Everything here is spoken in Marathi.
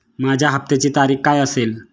माझ्या हप्त्याची तारीख काय असेल?